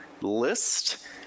list